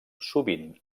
sovint